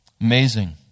Amazing